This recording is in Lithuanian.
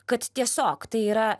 kad tiesiog tai yra